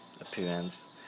appearance